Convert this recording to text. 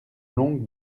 longue